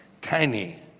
tiny